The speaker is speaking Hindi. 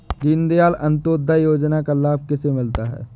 दीनदयाल अंत्योदय योजना का लाभ किसे मिलता है?